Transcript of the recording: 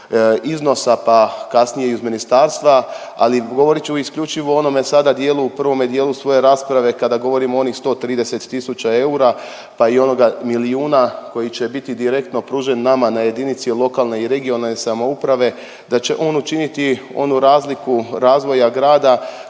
iznosa pa kasnije iz ministarstva, ali govorit ću isključivo o onome sada dijelu, u prvome dijelu svoje rasprave kada govorimo o onih 130 000 eura pa i onoga milijuna koji će biti direktno pružen nama na jedinici lokalne i regionalne samouprave, da će on učiniti onu razliku razvoja grada